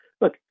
look